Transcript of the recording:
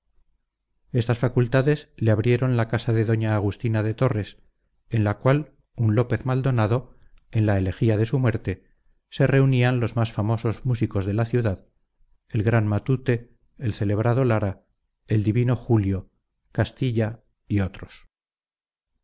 estas facultades le abrieron la casa de doña agustina de torres en la cual un lópez maldonado en la elegía de su muerte se reunían los más famosos músicos de la ciudad el gran matute el celebrado lara el divino julio castilla y otros